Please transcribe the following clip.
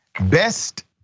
Best